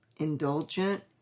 indulgent